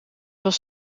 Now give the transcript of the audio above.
was